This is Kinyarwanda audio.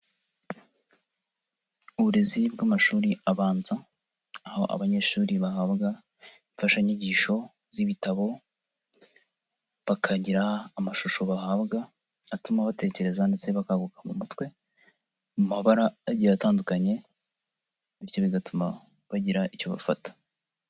Uburezi bw'amashuri abanza aho abanyeshuri bahabwa imfashanyigisho z'ibitabo bakagira amashusho bahabwa atuma batekereza ndetse bagakanguka mu mutwe mu mabara agiye atandukanye bityo bigatuma bagira icyo bafata.